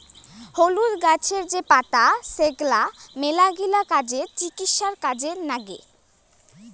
হলুদ গাছের যে পাতা সেগলা মেলাগিলা কাজে, চিকিৎসায় কাজে নাগে